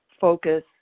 focus